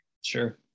Sure